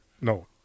No